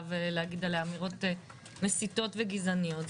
ולהגיד עליה אמירות מסיתות וגזעניות.